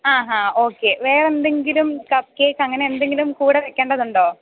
ആഹാ okay വേറെയെന്തെങ്കിലും cupcake അങ്ങനെയെന്തെങ്കിലും കൂടെ വെയ്ക്കേണ്ടതുണ്ടോ